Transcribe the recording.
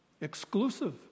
Exclusive